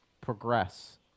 progress